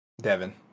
Devin